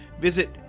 visit